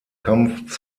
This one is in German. kampf